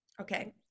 okay